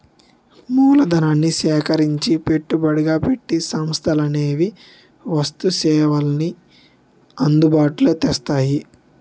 మూలధనాన్ని సేకరించి పెట్టుబడిగా పెట్టి సంస్థలనేవి వస్తు సేవల్ని అందుబాటులో తెస్తాయి